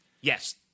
Yes